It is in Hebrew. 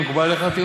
מקובל עליך?